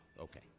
okay